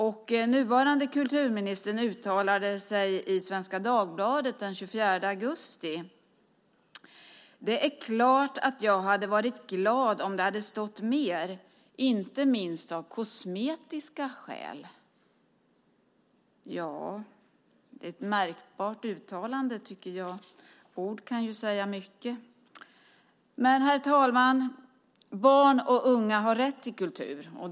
Och nuvarande kulturministern uttalade sig i Svenska Dagbladet den 24 augusti: Det är klart att jag hade varit glad om det hade stått mer, inte minst av kosmetiska skäl. Ja, det är ett märkbart uttalande, tycker jag. Ord kan ju säga mycket. Men, herr talman, barn och unga har rätt till kultur.